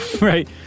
Right